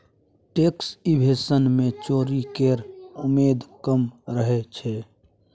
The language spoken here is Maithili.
टैक्स इवेशन मे चोरी केर उमेद कम रहय छै